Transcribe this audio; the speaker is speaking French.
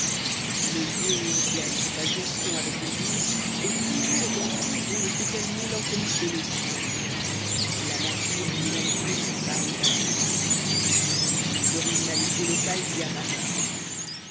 le lieu où une plaine fait sa jonction avec une ville est toujours empreint d'on ne sait quelle mélancolie pénétrante la nature et l'humanité vous y parlent à la fois les originalités locales y apparaissent